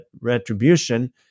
retribution